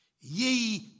ye